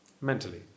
mentally